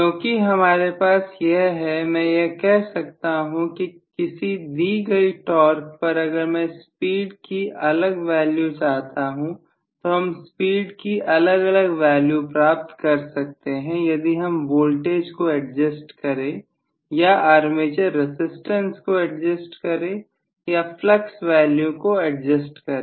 क्योंकि हमारे पास यह है मैं यह कह सकता हूं कि किसी दी गई टॉर्क पर अगर मैं स्पीड की अलग वैल्यू चाहता हूं तो हम स्पीड की अलग अलग वैल्यू प्राप्त कर सकते हैं यदि हम वोल्टेज को एडजस्ट करें या आर्मेचर रसिस्टेंस को एडजस्ट करें या फ्लक्स वैल्यू को एडजस्ट करें